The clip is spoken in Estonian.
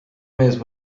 mees